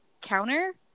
counter